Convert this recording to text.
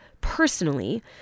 personally